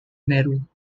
meru